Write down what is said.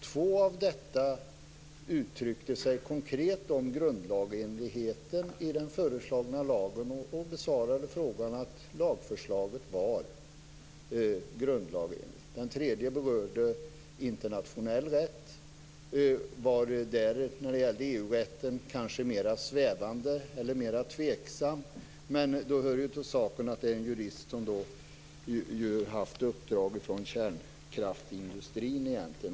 Två av dessa uttryckte sig konkret om grundlagsenligheten i den föreslagna lagen och besvarade frågan med att säga att lagförslaget var grundlagsenligt. Den tredje berörde internationell rätt och var där, när det gällde EU rätten, kanske mer svävande eller tveksam. Men då hör det till saken att det var en jurist som har haft uppdrag från kärnkraftsindustrin.